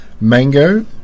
Mango